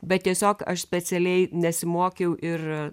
bet tiesiog aš specialiai nesimokiau ir